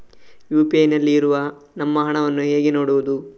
UPI ನಲ್ಲಿ ಇರುವ ನಮ್ಮ ಹಣವನ್ನು ಹೇಗೆ ನೋಡುವುದು?